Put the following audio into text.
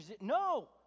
No